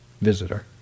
visitor